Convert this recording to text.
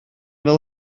fel